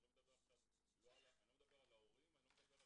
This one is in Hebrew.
אני לא מדבר עכשיו לא על ההורים ולא על